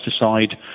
pesticide